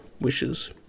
Wishes